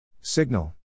Signal